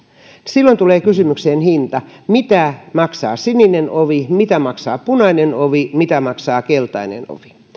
silloin tulee kysymykseen hinta mitä maksaa sininen ovi mitä maksaa punainen ovi ja mitä maksaa keltainen ovi